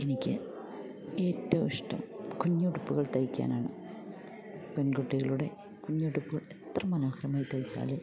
എനിക്ക് ഏറ്റവും ഇഷ്ടം കുഞ്ഞുടുപ്പുകൾ തയ്ക്കാനാണ് പെൺകുട്ടികളുടെ കുഞ്ഞുടുപ്പുകൾ എത്ര മനോഹരമായി തയ്ച്ചാലും